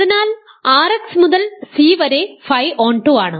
അതിനാൽ R x മുതൽ C വരെ ф ഓൺടു ആണ്